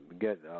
get